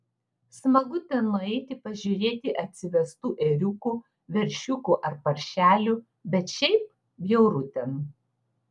smagu ten nueiti pažiūrėti atsivestų ėriukų veršiukų ar paršelių bet šiaip bjauru ten